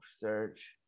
Search